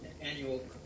Annual